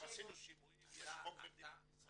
עשינו שימועים, יש חוק במדינת ישראל.